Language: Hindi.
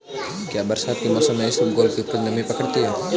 क्या बरसात के मौसम में इसबगोल की उपज नमी पकड़ती है?